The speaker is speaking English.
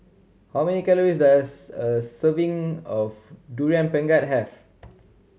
how many calories does a serving of Durian Pengat have